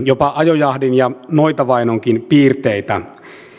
jopa tietynlaisia ajojahdin ja noitavainonkin piirteitä